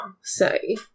say